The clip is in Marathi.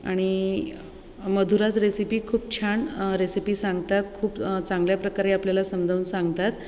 आणि मधुराज रेसिपी खूप छान रेसिपी सांगतात खूप चांगल्या प्रकारे आपल्याला समजावून सांगतात